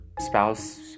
spouse